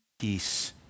peace